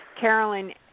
Carolyn